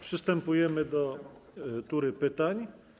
Przystępujemy do tury pytań.